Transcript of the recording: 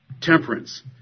Temperance